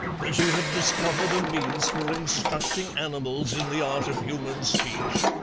that you have discovered a means for instructing animals in the art of human speech,